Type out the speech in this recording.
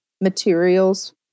materials